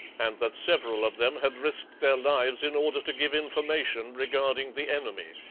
and that several of them had risked their lives in order to give information regarding the enemy.